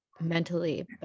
mentally